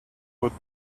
would